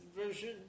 version